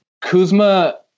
Kuzma